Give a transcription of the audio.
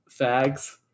fags